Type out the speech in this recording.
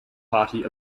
party